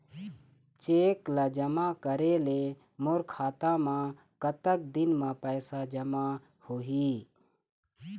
Cheque ला जमा करे ले मोर खाता मा कतक दिन मा पैसा जमा होही?